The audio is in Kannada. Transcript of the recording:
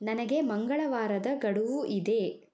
ನನಗೆ ಮಂಗಳವಾರದ ಗಡುವು ಇದೆ